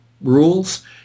rules